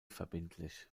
verbindlich